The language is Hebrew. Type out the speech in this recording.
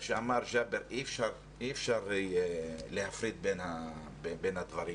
שאמר ג'אבר: אי אפשר להפריד בין הדברים.